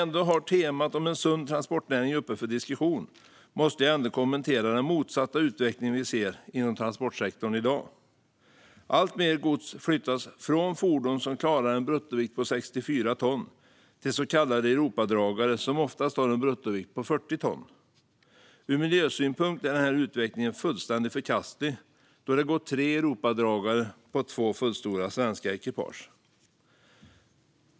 När temat om en sund transportnäring är uppe för diskussion måste jag ändå kommentera den motsatta utveckling vi ser inom transportsektorn i dag. Alltmer gods flyttas från fordon som klarar en bruttovikt på 64 ton till så kallade Europadragare, som oftast har en bruttovikt på 40 ton. Ur miljösynpunkt är den här utvecklingen fullständigt förkastlig, då det går tre Europadragare på två fullstora svenska ekipage.